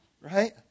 Right